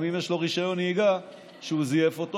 גם אם יש לו רישיון נהיגה שהוא זייף אותו